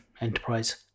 enterprise